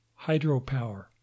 Hydropower